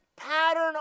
pattern